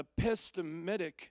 epistemic